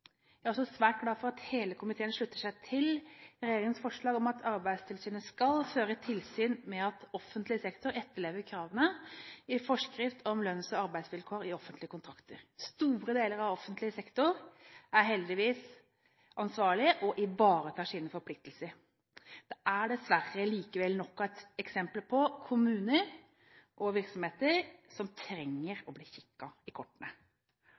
Jeg er også svært glad for at hele komiteen slutter seg til regjeringens forslag om at Arbeidstilsynet skal føre tilsyn med at offentlig sektor etterlever kravene i forskrift om lønns- og arbeidsvilkår i offentlige kontrakter. Store deler av offentlig sektor er heldigvis ansvarlige og ivaretar sine forpliktelser. Det er dessverre likevel nok av eksempler på kommuner og virksomheter som trenger å bli kikket i kortene.